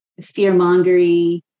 fear-mongery